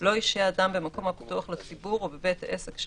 לא ישהה אדם במקום הפתוח לציבור או בבית עסק,